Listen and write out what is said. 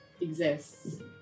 exists